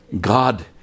God